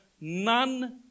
none